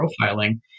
profiling